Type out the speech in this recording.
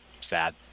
sad